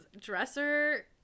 dresser